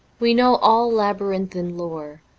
we know all labyrinthine lore,